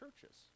churches